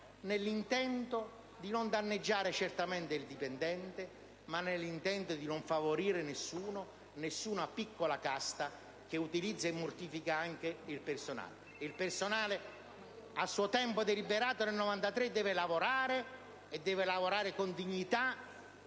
nell'intento di non danneggiare il dipendente e, al tempo stesso, di non favorire nessuna piccola casta che utilizza e mortifica anche il personale. Il personale a suo tempo deliberato nel 1993 deve lavorare, e deve farlo con dignità: